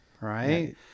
Right